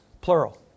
plural